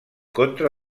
contra